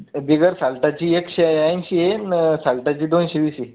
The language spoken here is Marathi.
बिगर सालटाची एकशे ऐंशी आहे आणि सालटाची दोनशे वीस आहे